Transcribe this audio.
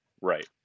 right